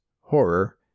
horror